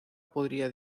podría